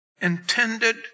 intended